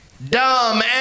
Dumb